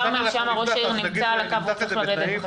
ראש העיר כרמל שאמה נמצא על הקו והוא צריך לרדת --- לא,